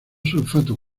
sulfato